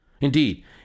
Indeed